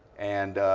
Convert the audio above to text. and